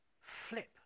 flip